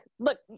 Look